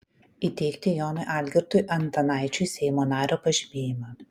įteikti jonui algirdui antanaičiui seimo nario pažymėjimą